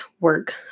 work